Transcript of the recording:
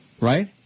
Right